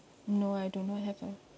no I don't know what happen